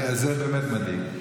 זה באמת מדאיג.